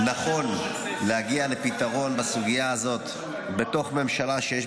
----- שזה נכון להגיע לפתרון בסוגיה הזאת בתוך ממשלה שיש